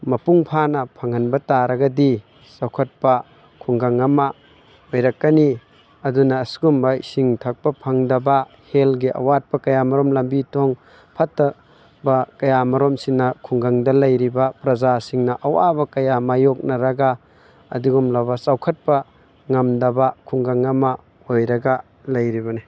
ꯃꯄꯨꯡ ꯐꯥꯅ ꯐꯪꯍꯟꯕ ꯇꯥꯔꯒꯗꯤ ꯆꯥꯎꯈꯠꯄ ꯈꯨꯡꯒꯪ ꯑꯃ ꯑꯣꯏꯔꯛꯀꯅꯤ ꯑꯗꯨꯅ ꯑꯁꯤꯒꯨꯝꯕ ꯏꯁꯤꯡ ꯊꯛꯄ ꯐꯪꯗꯕ ꯍꯦꯜꯊꯒꯤ ꯑꯋꯥꯠꯄ ꯀꯌꯥꯃꯔꯨꯝ ꯂꯝꯕꯤ ꯊꯣꯡ ꯐꯠꯇꯕ ꯀꯌꯥꯃꯔꯨꯝꯁꯤꯅ ꯈꯨꯡꯒꯪꯗ ꯂꯩꯔꯤꯕ ꯄ꯭ꯔꯖꯥꯁꯤꯡꯅ ꯑꯋꯥꯕ ꯀꯌꯥ ꯃꯥꯏꯌꯣꯛꯅꯔꯒ ꯑꯗꯨꯒꯨꯝꯂꯕ ꯆꯥꯎꯈꯠꯄ ꯉꯝꯗꯕ ꯈꯨꯡꯒꯪ ꯑꯃ ꯑꯣꯏꯔꯒ ꯂꯩꯔꯤꯕꯅꯤ